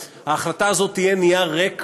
2. כחלק בלתי נפרד מהחינוך הבלתי-פורמלי,